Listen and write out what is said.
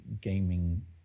gaming